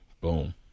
Boom